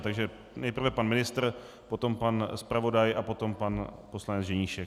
Takže nejprve pan ministr, potom pan zpravodaj, a potom pan poslanec Ženíšek.